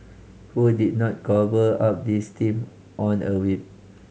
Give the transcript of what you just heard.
who did not cobble up this team on a whim